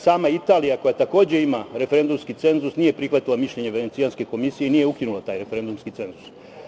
Sama Italija, koja takođe ima referendumski cenzus, nije prihvatila mišljenje Venecijanske komisije i nije ukinula taj referendumski cenzus.